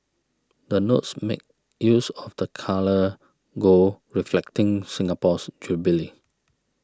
the notes make use of the colour gold reflecting Singapore's jubilee